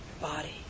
body